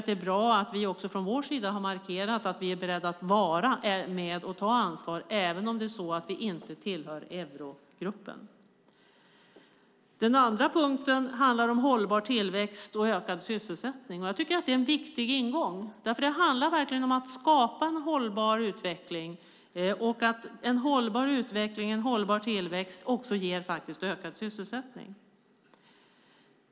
Det är bra att vi från vår sida har markerat att vi är beredda att vara med och ta ansvar, även om vi inte tillhör eurogruppen. Den andra punkten handlar om hållbar tillväxt och ökad sysselsättning. Det är en viktig ingång. Det handlar verkligen om att skapa en hållbar utveckling och att en hållbar utveckling och tillväxt ger ökad sysselsättning.